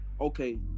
okay